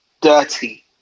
dirty